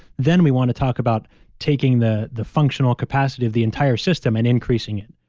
then we want to talk about taking the the functional capacity of the entire system and increasing it.